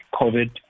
COVID